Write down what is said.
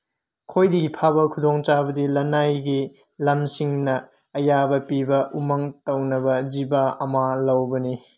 ꯈ꯭ꯋꯥꯏꯗꯒꯤ ꯐꯕ ꯈꯨꯗꯣꯡꯆꯥꯕꯗꯤ ꯂꯅꯥꯏꯒꯤ ꯂꯝꯁꯤꯡꯅ ꯑꯌꯥꯕ ꯄꯤꯕ ꯎꯃꯪ ꯇꯧꯅꯕ ꯖꯤꯕ ꯑꯃ ꯂꯧꯕꯅꯤ